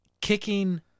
kicking